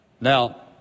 Now